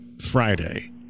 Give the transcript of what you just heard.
friday